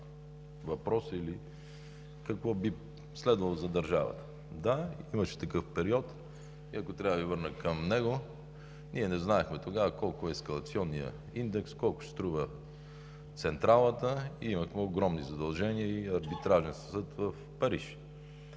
въпроса или какво би следвало за държавата. Да, имаше такъв период и ако трябва да Ви върна към него, ние не знаехме тогава колко е ескалационният индекс, колко ще струва централата, имахме огромни задължения и арбитражен съд в Париж.